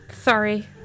sorry